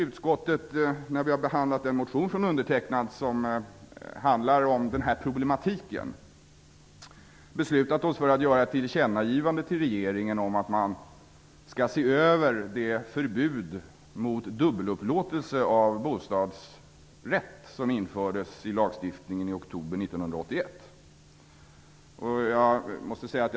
Utskottet har därför när den behandlat en motion från undertecknad som handlar om denna problematik beslutat att ge ett tillkännagivande till regeringen om att den skall se över det förbud mot dubbelupplåtelse av bostadsrätt som infördes i lagstiftningen i oktober 1981.